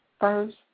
first